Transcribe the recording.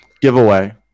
giveaway